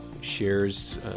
shares